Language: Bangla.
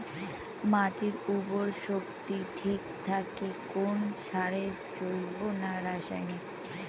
মাটির উর্বর শক্তি ঠিক থাকে কোন সারে জৈব না রাসায়নিক?